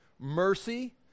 mercy